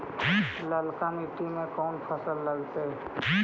ललका मट्टी में कोन फ़सल लगतै?